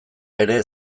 ere